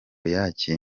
yakira